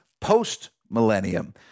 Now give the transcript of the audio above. post-millennium